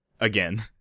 Again